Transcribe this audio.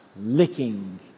licking